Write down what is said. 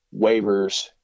waivers